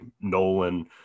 Nolan